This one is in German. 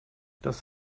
das